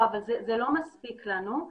זה לא מספיק לנו.